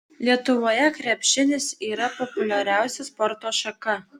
lietuvoje krepšinis yra populiariausia sporto šaka